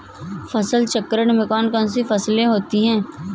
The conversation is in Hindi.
फसल चक्रण में कौन कौन सी फसलें होती हैं?